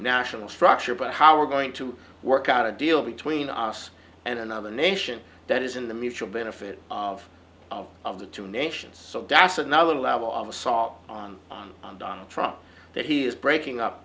national structure but how we're going to work out a deal between us and another nation that is in the mutual benefit of of the two nations so das another level of assault on on on donald trump that he is breaking up